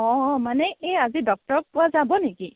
অ মানে এই আজি ডক্টৰক পোৱা যাব নেকি